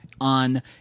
on